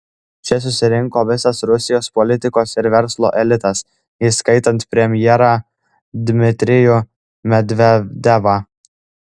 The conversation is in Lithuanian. čia susirinko visas rusijos politikos ir verslo elitas įskaitant premjerą dmitrijų medvedevą